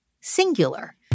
singular